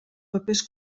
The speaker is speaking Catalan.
papers